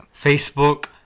Facebook